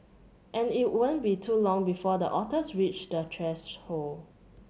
and it won't be too long before the otters reach the threshold